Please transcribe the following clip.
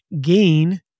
gain